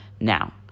Now